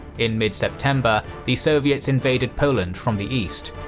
in mid-september, the soviets invaded poland from the east.